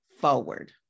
forward